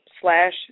slash